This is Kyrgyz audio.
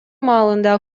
маалында